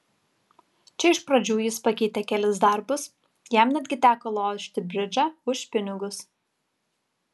čia iš pradžių jis pakeitė kelis darbus jam netgi teko lošti bridžą už pinigus